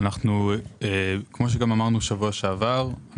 כפי שאמרנו גם בשבוע שעבר,